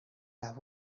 las